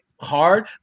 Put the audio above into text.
hard